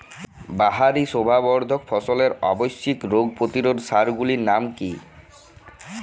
বাহারী শোভাবর্ধক ফসলের আবশ্যিক রোগ প্রতিরোধক সার গুলির নাম কি কি?